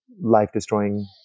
life-destroying